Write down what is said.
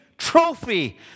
trophy